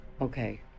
okay